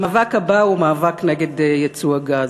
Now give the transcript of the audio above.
המאבק הבא הוא מאבק נגד ייצוא הגז,